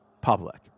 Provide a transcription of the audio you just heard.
public